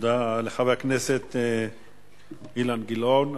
תודה לחבר הכנסת אילן גילאון.